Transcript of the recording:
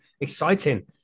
Exciting